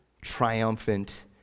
triumphant